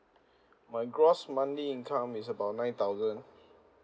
my gross monthly income is about nine thousand